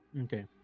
Okay